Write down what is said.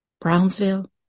Brownsville